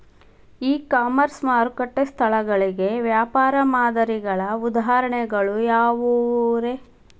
E commerce ಮಾರುಕಟ್ಟೆ ಸ್ಥಳಗಳಿಗೆ ವ್ಯಾಪಾರ ಮಾದರಿಗಳ ಉದಾಹರಣೆಗಳು ಯಾವವುರೇ?